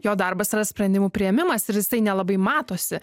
jo darbas yra sprendimų priėmimas ir jisai nelabai matosi